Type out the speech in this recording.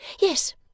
Yes